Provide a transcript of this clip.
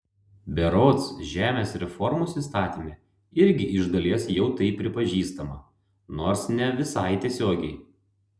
berods žemės reformos įstatyme irgi iš dalies jau tai pripažįstama nors ne visai tiesiogiai